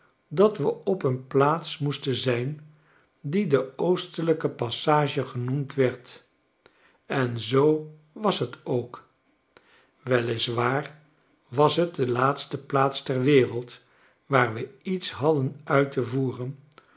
dat we op een plaats moesten zijn die de oostelijke passage genoemd werd en zoo was net ook wei is waar was het de laatste plaats ter wereld waar we iets hadden uit te voeren